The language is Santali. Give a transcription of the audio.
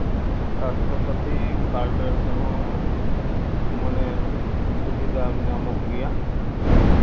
ᱥᱟᱥᱛᱷᱚ ᱥᱟᱛᱷᱤ ᱠᱟᱨᱰ ᱨᱮᱦᱚᱸ ᱢᱟᱱᱮ ᱥᱩᱵᱤᱫᱟ ᱧᱟᱢᱚᱜ ᱜᱮᱭᱟ